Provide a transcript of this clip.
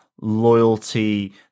loyalty